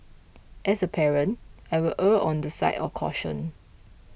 as a parent I will err on the side of caution